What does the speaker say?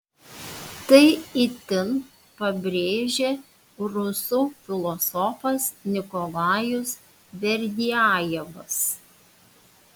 tai itin pabrėžė rusų filosofas nikolajus berdiajevas